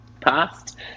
past